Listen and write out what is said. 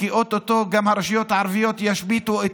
כי או-טו-טו גם הרשויות הערביות ישביתו את